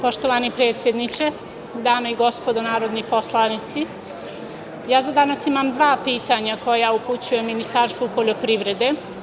Poštovani predsedniče, dame i gospodo narodni poslanici, danas imam dva pitanja koja upućujem Ministarstvu poljoprivrede.